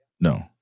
No